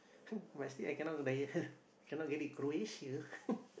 but still cannot cannot get it Croatia